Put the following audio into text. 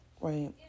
right